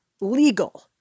legal